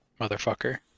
motherfucker